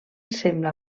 sembla